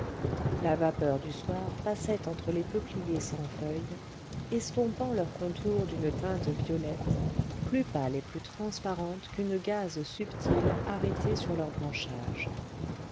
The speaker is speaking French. la vapeur du soir passait entre les peupliers sans feuilles estompant leurs contours d'une teinte violette plus pâle et plus transparente qu'une gaze subtile arrêtée sur leurs branchages